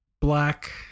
black